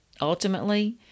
Ultimately